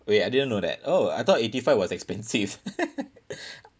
wait I didn't know that oh I thought eighty five was expensive